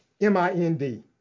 M-I-N-D